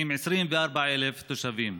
עם 24,000 תושבים.